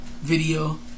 video